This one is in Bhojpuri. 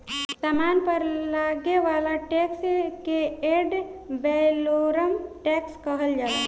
सामान पर लागे वाला टैक्स के एड वैलोरम टैक्स कहल जाला